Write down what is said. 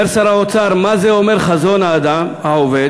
אומר שר האוצר: "מה זה אומר 'חזון האדם העובד'?